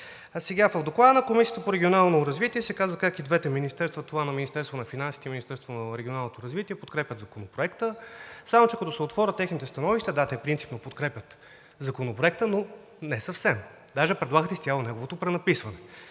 В Доклада на Комисията по регионално развитие се казва как и двете министерства – Министерството на финансите и Министерството на регионалното развитие, подкрепят Законопроекта, само че като се отворят техните становища – да, те принципно подкрепят Законопроекта, но не съвсем, даже предлагат изцяло неговото пренаписване.